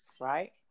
right